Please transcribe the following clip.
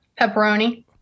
pepperoni